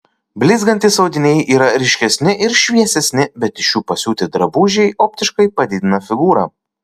blizgantys audiniai yra ryškesni ir šviesesni bet iš jų pasiūti drabužiai optiškai padidina figūrą